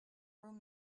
room